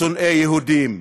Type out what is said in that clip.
שונאי יהודים.